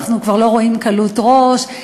אנחנו כבר לא רואים קלות ראש,